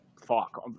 fuck